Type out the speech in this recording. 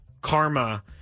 karma